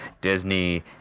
Disney